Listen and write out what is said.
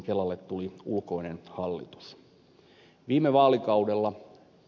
kelalle tuli ulkoinen hallitus